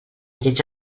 lleig